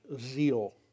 zeal